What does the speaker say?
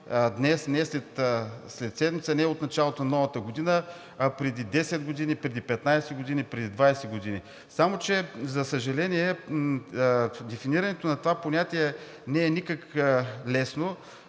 днес, не след седмица, не от началото на новата година, а преди 10, преди 15, преди 20 години. Само че за съжаление, дефинирането на това понятие не е никак лесно.